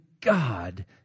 God